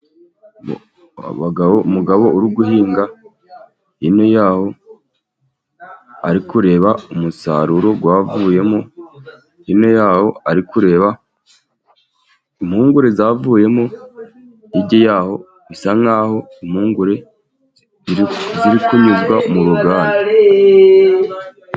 Umugabo uri guhinga hino yaho ari kureba umusaruro wavuyemo, hino yawo ari kureba impungure zavuyemo hirya yaho bisa nkaho impungure ziri kunyuzwa mu ruganda.